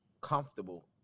comfortable